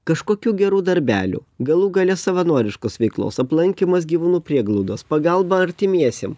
kažkokių gerų darbelių galų gale savanoriškos veiklos aplankymas gyvūnų prieglaudos pagalba artimiesiem